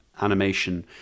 animation